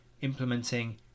implementing